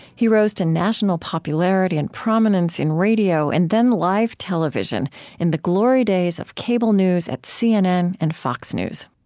he rose to national popularity and prominence in radio and then live television in the glory days of cable news at cnn and fox news